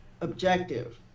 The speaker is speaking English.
objective